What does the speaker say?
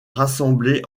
rassemblées